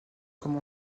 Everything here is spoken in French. comme